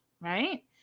right